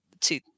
two